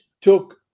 took